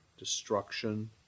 destruction